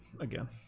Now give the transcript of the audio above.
again